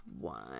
one